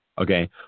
Okay